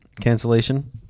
cancellation